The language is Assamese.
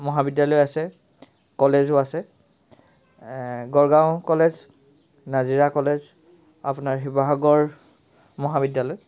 মহাবিদ্যালয় আছে কলেজো আছে গড়গাঁও কলেজ নাজিৰা কলেজ আপোনাৰ শিৱসাগৰ মহাবিদ্যালয়